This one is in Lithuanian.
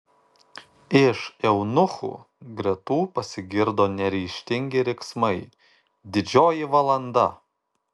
iš eunuchų gretų pasigirdo neryžtingi riksmai didžioji valanda